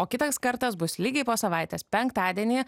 o kitas kartas bus lygiai po savaitės penktadienį